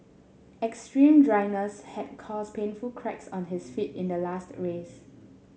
extreme dryness had caused painful cracks on his feet in the last race